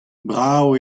brav